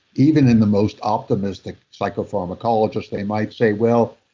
even in the most optimistic psychopharmacologist, they might say, well,